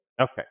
Okay